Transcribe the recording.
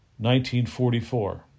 1944